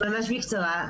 ממש בקצרה.